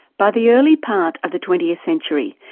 by the early part of the twentieth century,